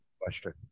Question